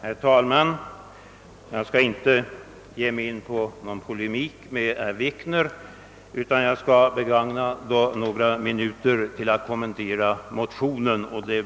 Herr talman! Jag skall inte ge mig in på någon polemik med herr Wikner i annan mån än att jag skall ta några minuter i anspråk för att kommentera den föreliggande motionen.